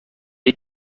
est